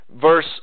verse